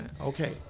Okay